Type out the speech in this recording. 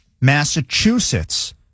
Massachusetts